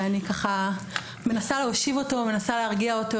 אני מנסה להושיב אותו ולהרגיע אותו,